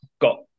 got